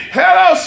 hello